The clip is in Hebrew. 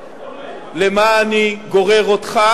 למה אני גורר אותך